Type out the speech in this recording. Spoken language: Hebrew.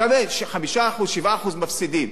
קורה ש-5%, 7% מפסידים.